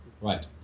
right